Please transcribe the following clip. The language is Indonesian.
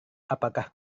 apakah